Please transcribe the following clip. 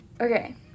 okay